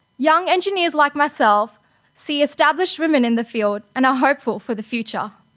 young engineers like myself see established women in the field and are hopeful for the future.